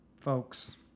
Folks